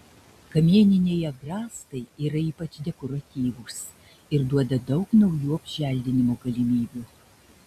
kamieniniai agrastai yra ypač dekoratyvūs ir duoda daug naujų apželdinimo galimybių